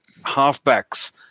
halfbacks